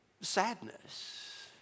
sadness